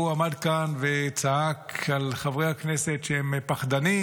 הוא עמד כאן וצעק על חברי הכנסת שהם פחדנים